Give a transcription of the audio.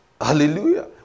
Hallelujah